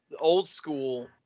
old-school